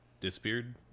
disappeared